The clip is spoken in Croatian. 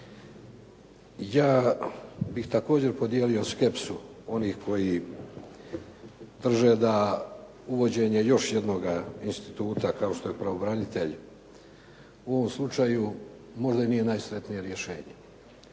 ja bih također podijelio skepsu onih koji drže da uvođenje još jednoga instituta kao što je pravobranitelj u ovom slučaju možda i nije najsretnije rješenje.